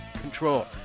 control